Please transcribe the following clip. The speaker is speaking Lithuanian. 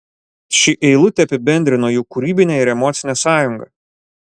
ši eilutė apibendrino jų kūrybinę ir emocinę sąjungą